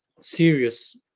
serious